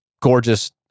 gorgeous